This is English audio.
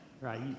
right